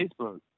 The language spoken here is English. Facebook